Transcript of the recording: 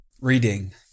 Reading